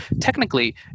technically